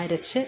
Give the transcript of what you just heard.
അരച്ചു